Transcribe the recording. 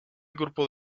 grupo